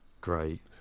great